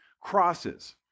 crosses